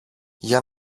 για